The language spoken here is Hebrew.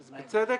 בצדק.